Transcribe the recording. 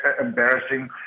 embarrassing